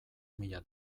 mila